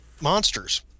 monsters